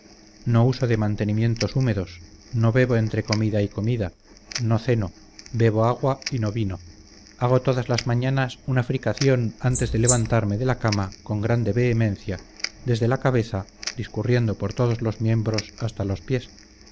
no uso de mantenimientos húmedos no bebo entre comida y comida no ceno bebo agua y no vino hago todas las mañanas una fricación antes de levantarme de la cama con grande vehemencia desde la cabeza discurriendo por todos los miembros hasta los pies